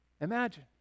Imagine